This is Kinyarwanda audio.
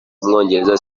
umwongereza